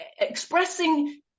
Expressing